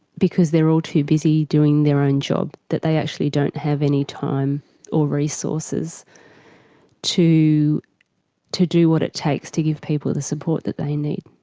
because they are all too busy doing their own job that they actually don't have any time or resources to do what it takes to give people the support that they need.